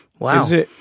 Wow